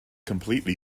completely